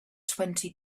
twenty